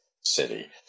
city